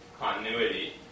continuity